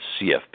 CFP